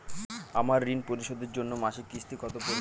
আমার ঋণ পরিশোধের জন্য মাসিক কিস্তি কত পড়বে?